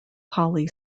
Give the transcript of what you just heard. holly